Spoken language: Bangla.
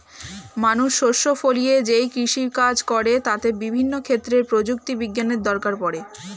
মানুষ শস্য ফলিয়ে যেই কৃষি কাজ করে তাতে বিভিন্ন ক্ষেত্রে প্রযুক্তি বিজ্ঞানের দরকার পড়ে